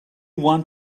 want